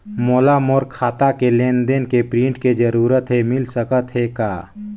मोला मोर खाता के लेन देन के प्रिंट के जरूरत हे मिल सकत हे का?